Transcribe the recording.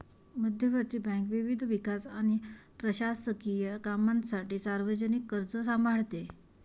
मध्यवर्ती बँक विविध विकास आणि प्रशासकीय कामांसाठी सार्वजनिक कर्ज सांभाळते